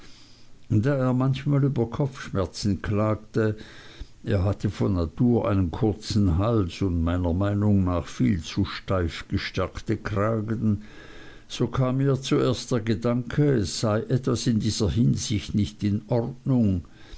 er manchmal über kopfschmerzen klagte er hatte von natur einen kurzen hals und meiner meinung nach viel zu steif gestärkte kragen so kam mir zuerst der gedanke es sei etwas in dieser hinsicht nicht in ordnung